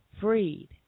freed